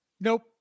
Nope